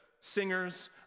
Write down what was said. singers